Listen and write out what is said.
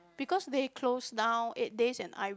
because they closed down eight days and I